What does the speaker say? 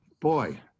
boy